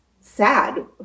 sad